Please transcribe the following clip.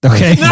Okay